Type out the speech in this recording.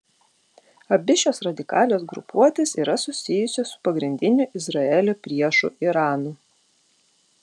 abi šios radikalios grupuotės yra susijusios su pagrindiniu izraelio priešu iranu